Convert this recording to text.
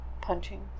punching